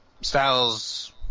Styles